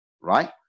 right